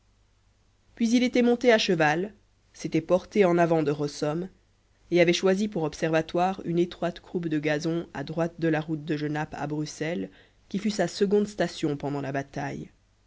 puis il était monté à cheval s'était porté en avant de rossomme et avait choisi pour observatoire une étroite croupe de gazon à droite de la route de genappe à bruxelles qui fut sa seconde station pendant la bataille